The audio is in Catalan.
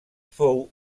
fou